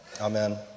amen